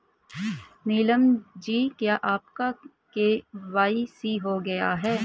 नीलम जी क्या आपका के.वाई.सी हो गया है?